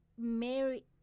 Mary